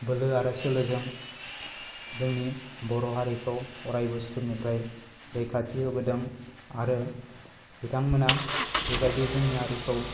बोलो आरो सोलोजों जोंनि बर' हारिखौ अरायबो सुथुरनिफ्राय रैखाथि होबोदों आरो बिथांमोनहा बेबायदि जोंनि हारिखौ